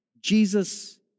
Jesus